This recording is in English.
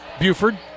Buford